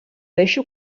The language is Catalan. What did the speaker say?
deixo